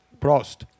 Prost